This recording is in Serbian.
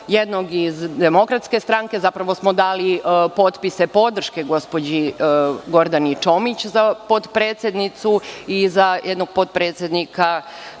jednog iz DS-a. Zapravo smo dali potpise podrške gospođi Gordani Čomić za potpredsednicu i za jednog potpredsednika